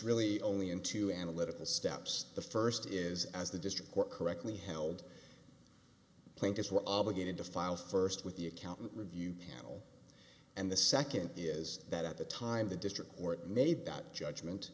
really only in two analytical steps the first is as the district court correctly held plaintiffs were obligated to file first with the accountant review panel and the second is that at the time the district or it made that judgment